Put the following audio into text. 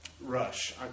Rush